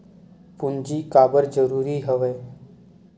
पूंजी काबर जरूरी हवय?